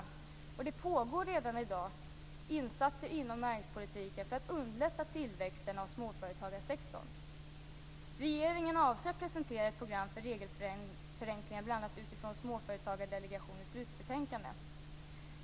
Och det pågår redan i dag insatser inom näringspolitiken för att underlätta tillväxten av småföretagarsektorn. Regeringen avser att presentera ett program för regelförenklingar bl.a. utifrån Småföretagsdelegationens slutbetänkande.